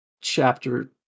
chapter